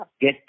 get